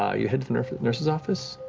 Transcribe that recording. ah you head to the nurse's nurse's office,